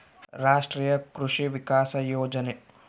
ರಾಷ್ಟ್ರೀಯ ಕೃಷಿ ವಿಕಾಸ ಯೋಜನೆ